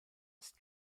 ist